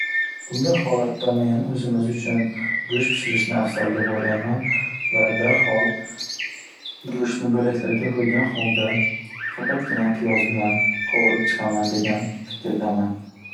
Bunday holatda men o’zimiz uchun go’sht pishirishni afzal deb o’ylayman. Va darhol, go’shtni bo’laklarga bo’lgan holda faqatgina piyoz bilan qovurib chiqaman degan fikrdaman.